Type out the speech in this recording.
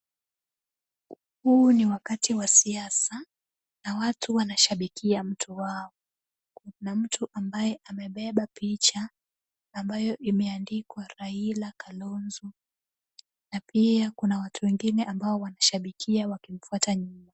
Huu ni wakati wa siasa na watu wanashabikia mtu wao. Kuna mtu ambaye amebeba picha ambayo imeandikwa Raila Kalonzo. Na pia kuna watu wengine ambao wanashabikia wakimfuata nyuma.